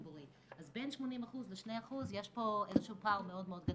אז בין 80% ל-2% יש פה איזשהו פער מאוד מאוד גדול.